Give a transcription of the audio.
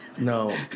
No